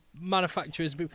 manufacturers